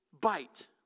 bite